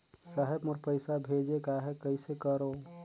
साहेब मोर पइसा भेजेक आहे, कइसे करो?